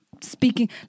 speaking